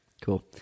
Cool